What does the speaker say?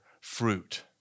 fruit